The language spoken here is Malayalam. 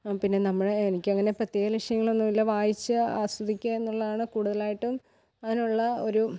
പിന്നെ നമ്മുടെ എനിക്ക് അങ്ങനെ പ്രത്യേക ലക്ഷ്യങ്ങളൊന്നുമില്ല വായിച്ച് ആസ്വദിക്കുക എന്നുള്ളതാണ് കൂടുതലായിട്ടും അതിനുള്ള ഒരു